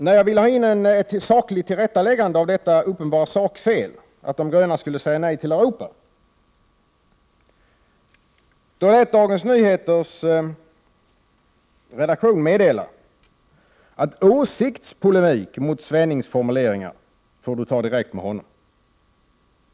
När vi lade in ett sakligt tillrättaläggande av detta uppenbara fel, att de gröna skulle säga nej till Europa, då lät de Dagens Nyheters redaktion meddela att åsiktspolemik med Svenning får jag ta upp direkt med Svenning.